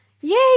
Yay